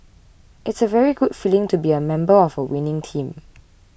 it's a very good feeling to be a member of a winning team